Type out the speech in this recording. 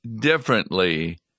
differently